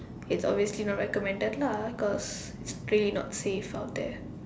it's obviously not recommended lah cause it's clearly not safe out there